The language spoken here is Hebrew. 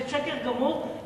זה שקר גמור.